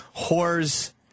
whores